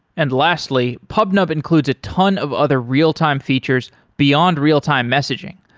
and lastly, pubnub includes a ton of other real-time features beyond real-time messaging,